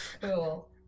cool